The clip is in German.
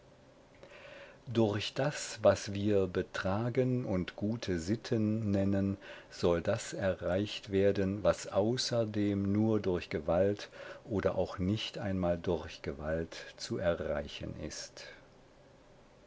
durch das was wir betragen und gute sitten nennen soll das erreicht werden was außerdem nur durch gewalt oder auch nicht einmal durch gewalt zu erreichen ist